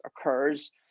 occurs